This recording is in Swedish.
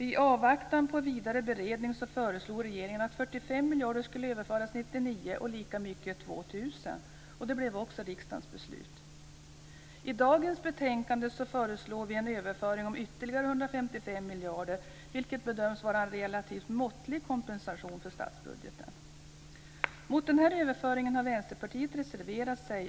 I avvaktan på vidare beredning föreslog regeringen att 45 miljarder kronor skulle överföras 1999 och lika mycket år 2000. Det blev också riksdagens beslut. I dagens betänkande föreslås en överföring om ytterligare 155 miljarder kronor, vilket bedöms vara en relativt måttlig kompensation för statsbudgeten. Mot denna överföring har Vänsterpartiet reserverat sig.